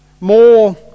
more